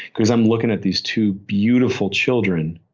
because i'm looking at these two beautiful children,